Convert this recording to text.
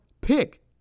pick